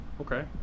okay